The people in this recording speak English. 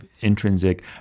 intrinsic